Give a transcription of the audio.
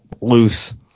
loose